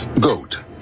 goat